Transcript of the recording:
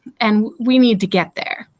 and we need to get there?